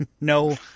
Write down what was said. No